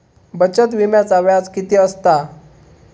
बचत विम्याचा व्याज किती असता?